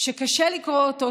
שקשה לקרוא אותו,